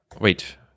Wait